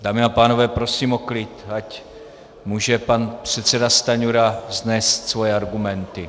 Dámy a pánové, prosím o klid, ať může pan předseda Stanjura vznést svoje argumenty.